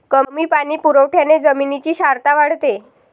कमी पाणी पुरवठ्याने जमिनीची क्षारता वाढते